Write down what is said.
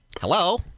Hello